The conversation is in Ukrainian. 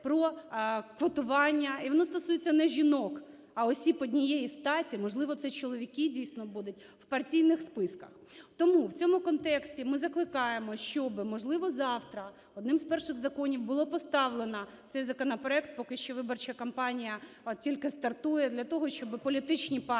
про квотування, і воно стосується не жінок, а осіб однієї статі, можливо, це чоловіки, дійсно, будуть, в партійних списках. Тому в цьому контексті ми закликаємо, щоб, можливо завтра, одним з перших законів було поставлено цей законопроект, поки ще виборча кампанія от тільки стартує, для того щоб політичні партії